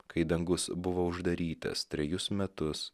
kai dangus buvo uždarytas trejus metus